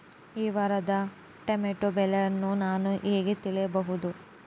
ಈ ವಾರದ ಟೊಮೆಟೊ ಬೆಲೆಯನ್ನು ನಾನು ಹೇಗೆ ತಿಳಿಯಬಹುದು?